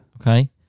Okay